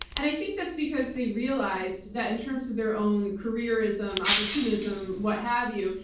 and i think that's because they realized that in terms of their own careerism, opportunism, what have you,